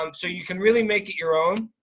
um so you can really make it your own.